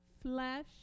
flesh